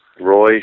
Roy